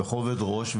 בכובד ראש,